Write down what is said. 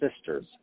sisters